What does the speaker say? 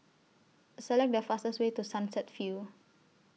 Select The fastest Way to Sunset View